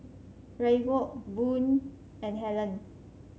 Raekwon Boone and Hellen